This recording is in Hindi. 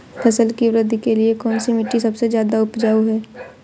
फसल की वृद्धि के लिए कौनसी मिट्टी सबसे ज्यादा उपजाऊ है?